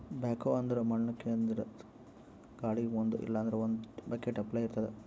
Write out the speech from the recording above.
backhoe ಅಂದ್ರ ಮಣ್ಣ್ ಕೇದ್ರದ್ದ್ ಗಾಡಿಗ್ ಮುಂದ್ ಇಲ್ಲಂದ್ರ ಒಂದ್ ಬಕೆಟ್ ಅಪ್ಲೆ ಇರ್ತದ್